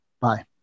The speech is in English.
Bye